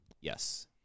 yes